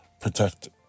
protect